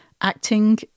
acting